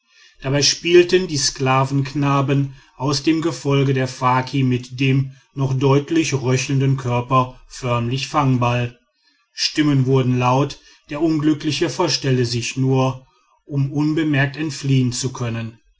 dabei spielten die sklavenknaben aus dem gefolge der faki mit dem noch deutlich röchelnden körper förmlich fangball stimmen wurden laut der unglückliche verstelle sich nur um unbemerkt entfliehen zu können